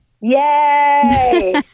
Yay